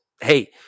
Hey